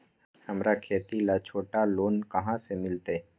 हमरा खेती ला छोटा लोने कहाँ से मिलतै?